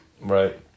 Right